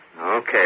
Okay